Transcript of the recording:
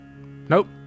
Nope